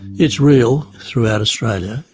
it's real, throughout australia,